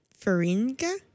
Faringa